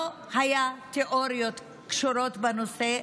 לא היו תאוריות הקשורות בנושא,